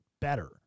better